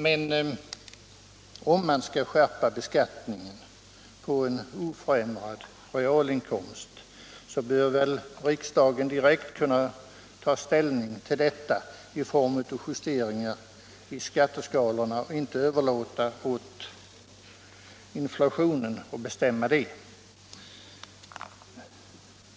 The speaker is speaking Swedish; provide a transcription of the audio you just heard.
Men om man skall skärpa beskattningen på en oförändrad realinkomst bör väl riksdagen direkt kunna ta ställning till en sådan skärpning — som kan ske genom en skärpning av skatteskalorna; vi bör inte överlåta åt inflationen att bestämma en